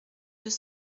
deux